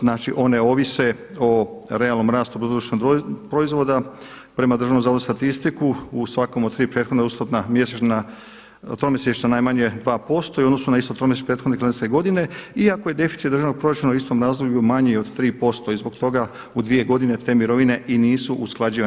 znači one ovise o realnom rastu BDP-a prema Državnom zavodu za statistiku u svakom od tri prethodna ustupna mjesečna, tromjesečna najmanje 2% i u odnosu isto tromjesečno prethodne … godine iako je deficit državnog proračuna u istom razdoblju manji od 3% i zbog toga u dvije godine te mirovine i nisu usklađivane.